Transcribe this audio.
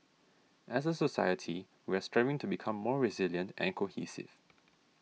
as a society we are striving to become more resilient and cohesive